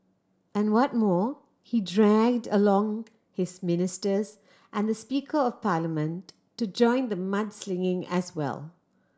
and what more he dragged along his ministers and the speaker of parliament to join the mudslinging as well